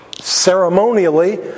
ceremonially